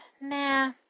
nah